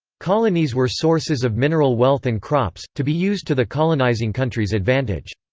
colonies were sources of mineral wealth and crops, to be used to the colonizing country's advantage.